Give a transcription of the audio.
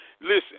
listen